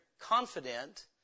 confident